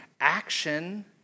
action